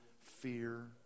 fear